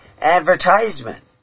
advertisement